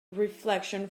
reflection